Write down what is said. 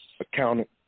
Accountant